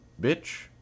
Bitch